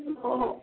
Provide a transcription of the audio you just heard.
हो हो